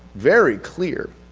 very clear,